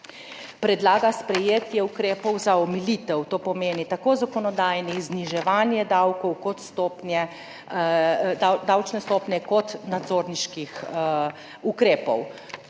predlaga sprejetje ukrepov za omilitev. To pomeni tako zakonodajnih, zniževanje davčne stopnje, kot nadzorniških ukrepov.